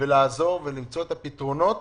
לעזור ולמצוא את הפתרונות